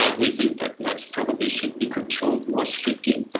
ah we think that nets probably should be controlled more strictly,